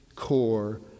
core